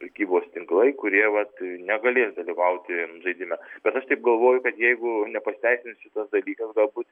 prekybos tinklai kurie vat negalės dalyvauti žaidime bet aš taip galvoju kad jeigu nepateisins šitas dalykas galbūt